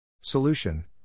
Solution